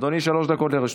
אדוני, שלוש דקות לרשותך.